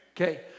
Okay